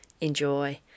enjoy